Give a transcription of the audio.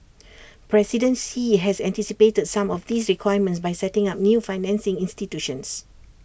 president Xi has anticipated some of these requirements by setting up new financing institutions